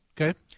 Okay